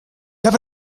habe